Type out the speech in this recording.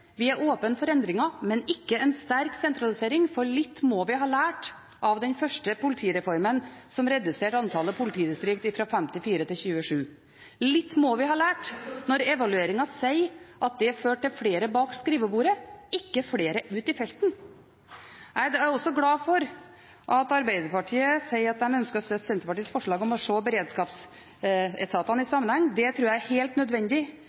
Vi er åpne for endringer, men ikke for en sterk sentralisering. Litt må vi ha lært av den første politireformen, som reduserte antallet politidistrikter fra 54 til 27. Litt må vi ha lært når evalueringen sier at det førte til flere bak skrivebordet, ikke flere ute i felten. Jeg er også glad for at Arbeiderpartiet sier at de ønsker å støtte Senterpartiets forslag om å se beredskapsetatene i sammenheng. Det tror jeg er helt nødvendig.